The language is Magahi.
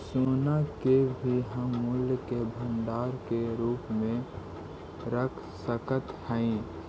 सोना के भी हम मूल्य के भंडार के रूप में रख सकत हियई